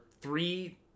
three